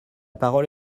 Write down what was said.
parole